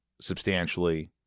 substantially